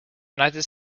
united